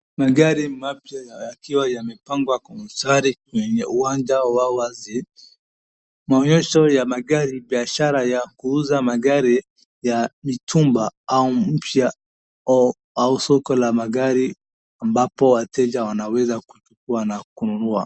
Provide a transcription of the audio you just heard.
Magari mapya yakiwa yamepangwa kwa mistari kwenye uwanja wa wazi maonyesho ya magari biashara ya kuuza magari ya mitumba au mpya au soko la magari ambapo wateja wanaweza kuichukua na kununua.